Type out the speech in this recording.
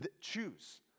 choose